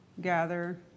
gather